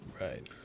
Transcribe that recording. Right